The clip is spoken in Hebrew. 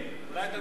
אולי אתה לא יודע.